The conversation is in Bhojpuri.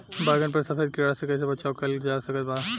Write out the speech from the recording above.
बैगन पर सफेद कीड़ा से कैसे बचाव कैल जा सकत बा?